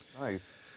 Nice